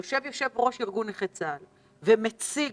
יושב יושב-ראש ארגון נכי צה"ל ומציג